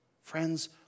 Friends